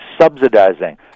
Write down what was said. Subsidizing